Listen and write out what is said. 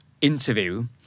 interview